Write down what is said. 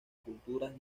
culturas